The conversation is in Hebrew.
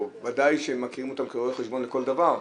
בוודאי שהם מכירים בהם כרואות חשבון לכל דבר,